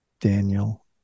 Daniel